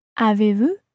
Avez-vous